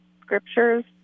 scriptures